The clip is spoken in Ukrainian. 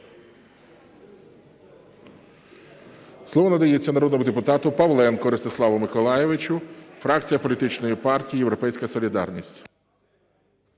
Слово надається народному депутату Павленку Ростиславу Миколайовичу, фракція політичної партії "Європейська солідарність".